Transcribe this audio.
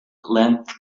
length